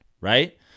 right